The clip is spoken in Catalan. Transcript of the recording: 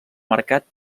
mercat